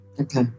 Okay